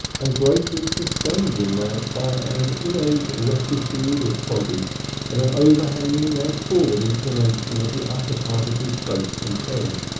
and greatly sustained in that by an innate rectitude of body and an overhanging and forward inclination of the upper part of his face and head.